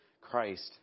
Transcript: Christ